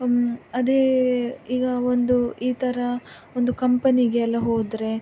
ಒಮ್ಮೆ ಅದೇ ಈಗ ಒಂದು ಈ ಥರ ಒಂದು ಕಂಪನಿಗೆಲ್ಲ ಹೋದರೆ